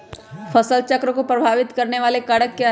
फसल चक्र को प्रभावित करने वाले कारक क्या है?